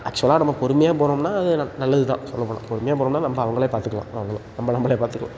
ஆக்சுவலாக நம்ம பொறுமையாக போனோம்னால் ந நல்லது தான் சொல்லப்போனால் பொறுமையாக போனோம்னால் நம்ப அவங்களே பார்த்துக்கலாம் அவங்கள நம்ப நம்பளே பார்த்துக்கலாம்